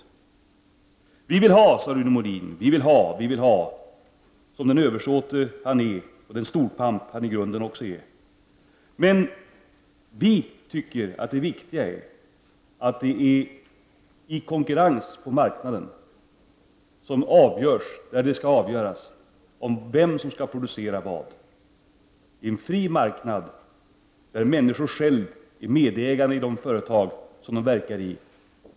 Vi vill ha, vi vill ha, sade Rune Molin som den översåte han är och som den storpamp han också i grunden är. Men vi i folkpartiet tycker att det viktiga är att det är i konkurrensen om marknaden som det avgörs vem som skall producera vad. Det skall vara en fri marknad där människorna själva är delägare i de företag där de är verksamma.